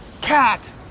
cat